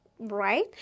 right